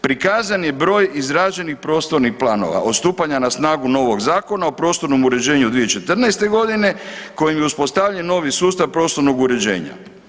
Prikazan je broj izrađenih prostornih planova od stupanja na snagu novog Zakona o prostornom uređenju 2014. kojim je uspostavljen novi sustav prostornog uređenja.